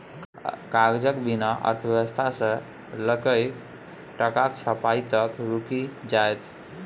कागजक बिना अर्थव्यवस्था सँ लकए टकाक छपाई तक रुकि जाएत